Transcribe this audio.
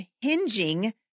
hinging